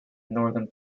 northern